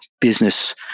business